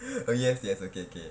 oh yes yes okay K